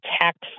tax